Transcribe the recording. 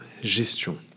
gestion